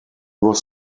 was